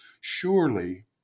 surely